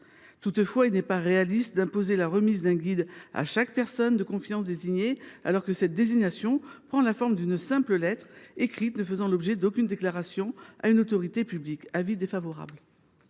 Toutefois, il n’est pas réaliste d’imposer la remise d’un guide à chaque personne de confiance désignée. Je rappelle que cette désignation prend la forme d’une simple lettre, qui ne fait l’objet d’aucune déclaration à une autorité publique. En conséquence,